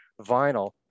vinyl